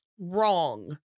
wrong